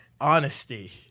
Honesty